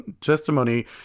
testimony